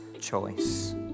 choice